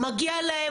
מגיע להם,